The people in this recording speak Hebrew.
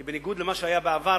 כי בניגוד למה שהיה בעבר,